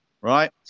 right